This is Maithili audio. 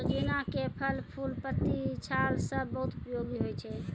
सोजीना के फल, फूल, पत्ती, छाल सब बहुत उपयोगी होय छै